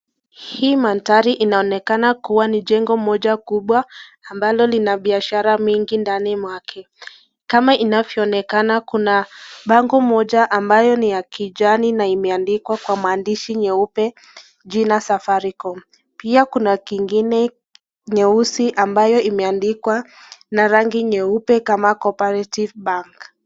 Hii mandhari inaonekana kuwa ni jengo moja kubwa, ambalo lina biashara mingi ndani mwake, kama inavyoonekana kuna bango moja ambayo ni ya kijani na imeandikwa kwa maandishi nyeupe jina Safaricom. Pia kuna kingine nyeusi ambayo imeandikwa na rangi nyeupe kama Cooperative Bank.